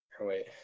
Wait